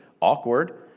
Awkward